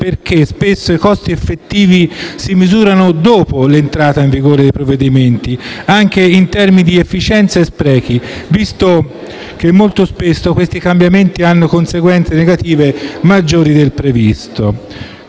perché spesso i costi effettivi si misurano dopo l'entrata in vigore dei provvedimenti, anche in termini di efficienza e sprechi, visto che molto spesso questi cambiamenti hanno conseguenze negative maggiori del previsto.